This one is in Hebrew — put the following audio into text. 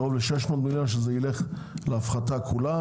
קרוב ל-600 מיליון ₪ שילכו להפחתה כולה.